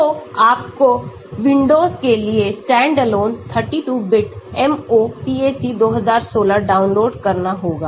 तो आपको विंडोज के लिए स्टैंडअलोन 32 बिट MOPAC2016 डाउनलोड करना होगा